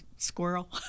Squirrel